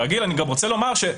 אני גם רוצה לומר משהו